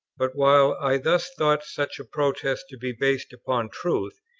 but while i thus thought such a protest to be based upon truth,